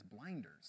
blinders